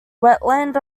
wetland